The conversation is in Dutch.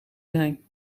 zijn